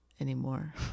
anymore